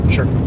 Sure